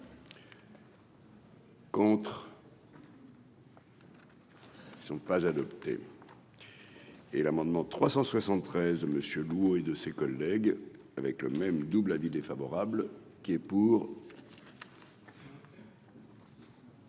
pour. Ils ne sont pas adoptés. Oui. Et l'amendement 373 monsieur Lou et de ses collègues, avec le même double avis défavorable qui est pour.